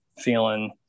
feeling